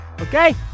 Okay